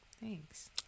Thanks